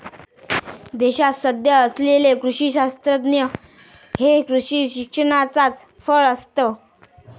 देशात सध्या असलेले कृषी शास्त्रज्ञ हे कृषी शिक्षणाचाच फळ आसत